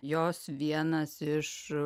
jos vienas iš